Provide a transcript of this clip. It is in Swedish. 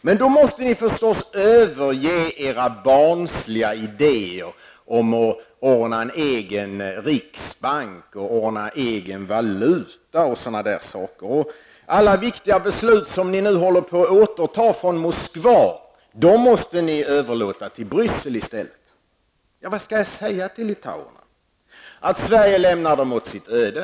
Men då måste ni förstås överge era barnsliga idéer om att ordna en egen riksbank och en egen valuta m.m. Alla viktiga beslut som ni nu håller på att återta från Moskva måste ni överlåta till Bryssel i stället! Vad skall jag säga till litauerna? Skall jag säga att Sverige lämnar dem åt sitt öde?